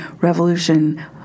revolution